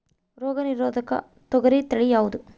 ರೋಗ ನಿರೋಧಕ ತೊಗರಿ ತಳಿ ಯಾವುದು?